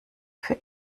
für